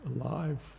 alive